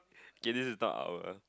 K this is not our